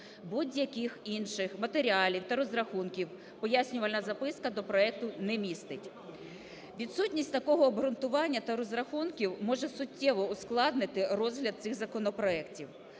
Будь-яких інших матеріалів та розрахунків пояснювальна записка до проекту не містить. Відсутність такого обґрунтування та розрахунків може суттєво ускладнити розгляд цих законопроектів.